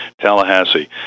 Tallahassee